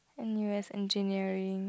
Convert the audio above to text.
n_u_s engineering